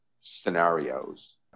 scenarios